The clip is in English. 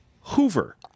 Hoover